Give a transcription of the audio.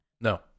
no